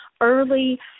early